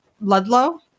Ludlow